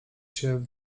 się